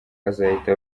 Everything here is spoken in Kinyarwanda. azahita